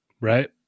Right